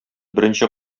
беренче